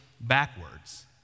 backwards